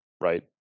right